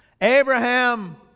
Abraham